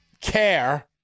care